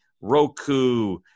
Roku